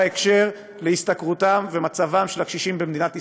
בקשר להשתכרותם ולמצבם של הקשישים במדינת ישראל,